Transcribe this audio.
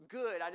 good